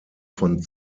von